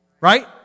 Right